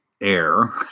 air